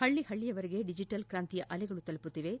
ಹಳ್ಳಹಳ್ಳಯವರೆಗೆ digital ಕಾಂತಿಯ ಅಲೆಗಳು ತಲುಪುತ್ತಿವೆ